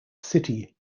city